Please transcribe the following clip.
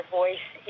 voice